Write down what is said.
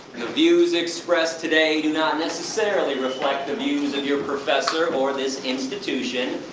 the views expressed today, do not necessarily reflect the views of your professor or this institution.